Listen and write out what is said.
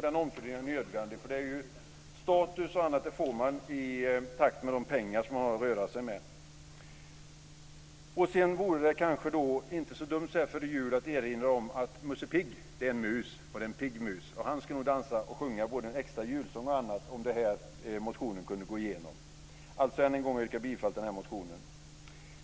Det är en nödvändig omfördelning. Status får man i takt med de pengar man har att röra sig med. Det vore så här före jul inte så dumt att erinra om att Musse Pigg är en mus. Det är en pigg mus. Han skulle nog dansa och sjunga både en och annan extra julsång om motionen bifalls. Än en gång yrkar jag bifall till motionen.